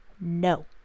No